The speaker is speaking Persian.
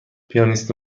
پیانیست